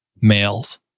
males